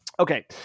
Okay